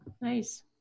Nice